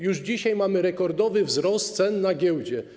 Już dzisiaj mamy rekordowy wzrost cen na giełdzie.